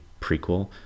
prequel